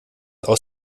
aus